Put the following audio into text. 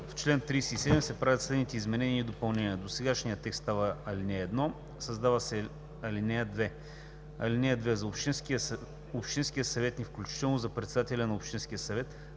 В чл. 37 се правят следните изменения и допълнения: 1. Досегашния текст става ал. 1. 2. Създава се ал. 2: „(2) За общинския съветник, включително за председателя на общинския съвет,